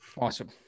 awesome